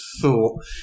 thought